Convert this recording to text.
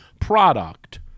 product